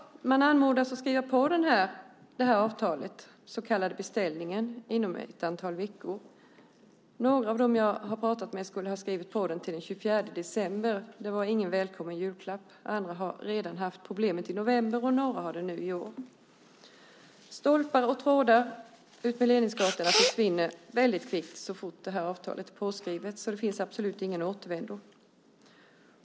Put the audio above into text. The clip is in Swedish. Man anmodas att skriva på avtalet, den så kallade beställningen, inom ett antal veckor. Några av dem som jag har pratat med skulle ha skrivit på det till den 24 december. Det var ingen välkommen julklapp. Andra har haft problem redan i november, och några har det nu i år. Stolpar och trådar försvinner väldigt kvickt så fort avtalet är påskrivet. Det finns absolut ingen återvändo.